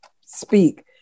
speak